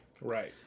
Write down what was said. Right